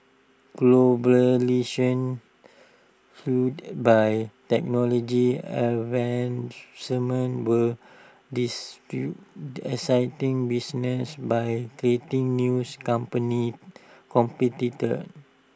fuelled by technology advancement will dis fill exciting businesses by creating news company competitors